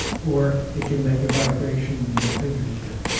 or it can make a vibration in your fingertip.